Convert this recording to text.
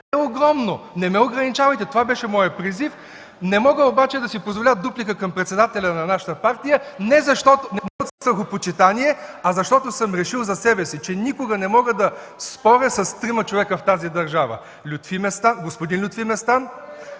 е огромно! Не ме ограничавайте. Това беше моят призив. Не мога обаче да си позволя дуплика към председателя на нашата партия не от страхопочитание, а защото съм решил за себе си, че никога не мога да споря с трима човека в тази държава – господин Лютви Местан,